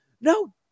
No